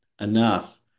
enough